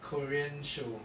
korean show